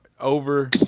over